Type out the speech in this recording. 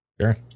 Sure